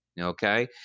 Okay